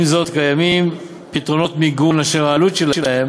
עם זאת, קיימים פתרונות מיגון אשר העלות שלהם